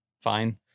fine